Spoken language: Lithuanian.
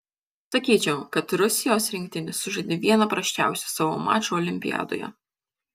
sakyčiau kad rusijos rinktinė sužaidė vieną prasčiausių savo mačų olimpiadoje